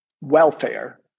welfare